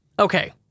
Okay